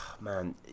man